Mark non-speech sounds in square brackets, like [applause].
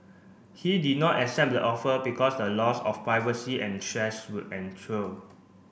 he did not accept the offer because the loss of privacy and stress would [unintelligible]